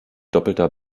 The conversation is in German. doppelter